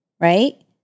right